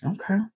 Okay